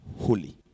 holy